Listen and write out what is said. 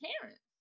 parents